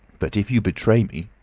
but if you betray me,